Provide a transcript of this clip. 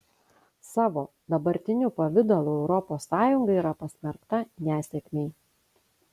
savo dabartiniu pavidalu europos sąjunga yra pasmerkta nesėkmei